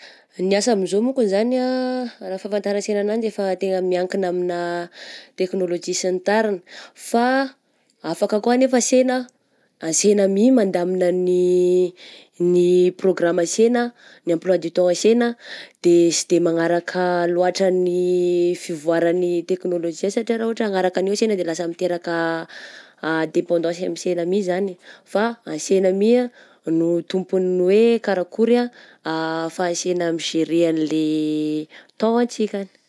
Ny asa amin'izao monkony zany ah, raha ny fahafatarany sena anazy efa tena miankina amigna teknôlojia sy ny tariny, fa afaka koa anefa sena ansena my mandamina ny ny prôgrama sena, ny emploi du temps ansena de sy de manaraka loatra ny fivoaran'ny teknôlojia satria raha ohatra hanaraka an'io sena de lasa miteraka depandansy amy sena my zagny, fa ansena my ah no tompony hoe karakory ah afahansena mi-gerer anle temps antsikany.